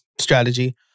strategy